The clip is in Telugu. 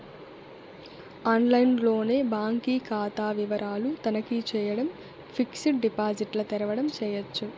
ఆన్లైన్లోనే బాంకీ కాతా వివరాలు తనఖీ చేయడం, ఫిక్సిడ్ డిపాజిట్ల తెరవడం చేయచ్చు